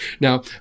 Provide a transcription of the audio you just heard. Now